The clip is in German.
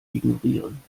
ignorieren